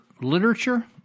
literature